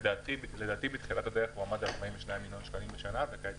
לדעתי תקציב זה עמד על 42 מיליוני שקלים בשנה וכעת